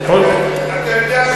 המשא-ומתן.